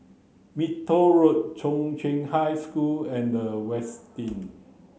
Minto Road Chung Cheng High School and The Westin